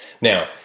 Now